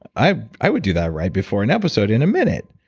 i i would do that right before an episode in a minute.